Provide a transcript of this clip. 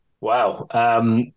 Wow